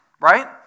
right